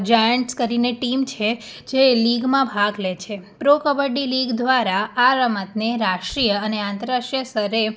Giants કરીને એક team છે જે એ લીગમાં ભાગ લે છે પ્રો કબડ્ડી લીગ દ્વારા આ રમતને રાષ્ટ્રીય અને આંતરરાષ્ટ્રીય સ્તરે